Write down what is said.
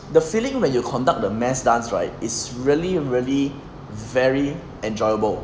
the feeling when you conduct the mass dance right is really really very enjoyable